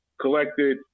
collected